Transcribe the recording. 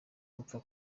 gupfa